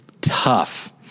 tough